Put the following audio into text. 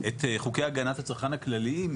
את חוקי הגנת הצרכן הכלליים,